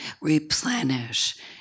replenish